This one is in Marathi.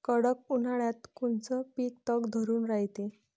कडक उन्हाळ्यात कोनचं पिकं तग धरून रायते?